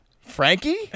Frankie